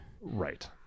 Right